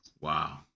Wow